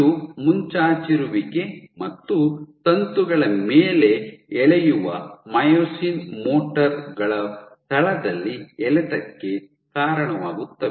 ಇದು ಮುಂಚಾಚಿರುವಿಕೆ ಮತ್ತು ತಂತುಗಳ ಮೇಲೆ ಎಳೆಯುವ ಮಯೋಸಿನ್ ಮೋಟರ್ ಗಳು ತಳದಲ್ಲಿ ಎಳೆತಕ್ಕೆ ಕಾರಣವಾಗುತ್ತವೆ